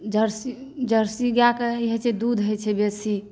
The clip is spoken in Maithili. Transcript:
जर्सी गाइके ई होइ छै दूध होइ छै बेसी